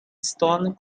stone